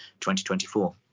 2024